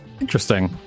Interesting